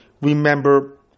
remember